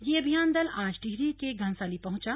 यह अभियान दल आज टिहरी के घनसाली पहुंचा